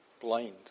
blind